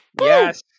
Yes